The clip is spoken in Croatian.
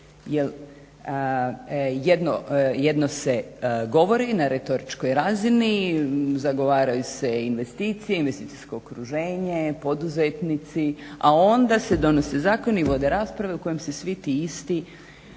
Jel jedno se govori na retoričkoj razini zagovaraju se investicije, investicijsko okruženje, poduzetnici, a onda se donose zakoni i vode rasprave u kojem se svi ti isti